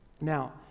Now